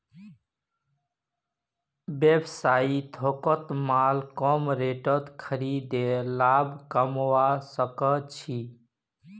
व्यवसायी थोकत माल कम रेटत खरीदे लाभ कमवा सक छी